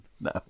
No